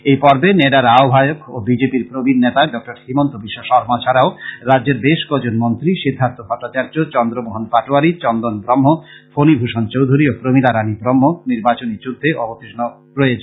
এই পর্বে নেডার আহ্বায়ক ও বিজেপির প্রবীণ নেতা ডঃ হিমন্তবিশ্ব শর্মা ছাড়াও রাজ্যের বেশ কজন মন্ত্রী সিদ্ধার্থ ভট্টাচার্য চন্দ্রমোহন পাটোয়ারি চন্দন ব্রহ্ম ফণীভূষণ চৌধুরী ও প্রমীলা রাণী ব্রহ্ম নির্বাচনী যুদ্ধে অবতীর্ণ হয়েছেন